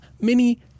Mini